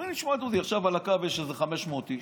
אומרים: תשמע, דודי, עכשיו על הקו יש איזה 500 איש